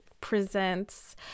presents